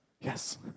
Yes